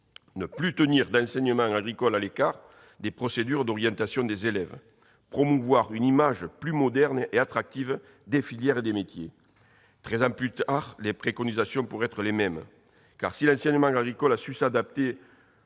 ne plus tenir l'enseignement agricole à l'écart des procédures d'orientation des élèves et de promouvoir une image plus moderne et attractive des filières et des métiers. Treize ans plus tard, les préconisations pourraient être les mêmes, car si l'enseignement agricole a su adapter